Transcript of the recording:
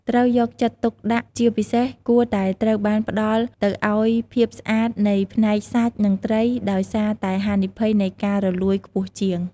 ត្រូវយកចិត្តទុកដាក់ជាពិសេសគួរតែត្រូវបានផ្តល់ទៅឱ្យភាពស្អាតនៃផ្នែកសាច់និងត្រីដោយសារតែហានិភ័យនៃការរលួយខ្ពស់ជាង។